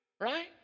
Right